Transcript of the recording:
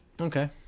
okay